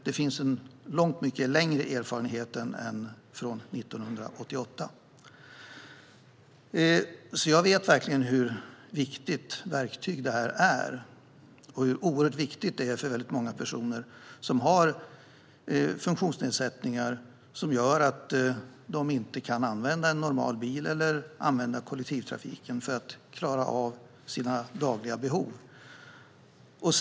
Det finns alltså en mycket längre erfarenhet av detta än från 1988. Jag vet alltså verkligen vilket viktigt verktyg detta är och hur oerhört viktigt det är för många personer som har funktionsnedsättningar som gör att de inte kan använda en vanlig bil eller kollektivtrafiken för att klara av sina dagliga transportbehov.